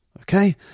Okay